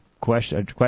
question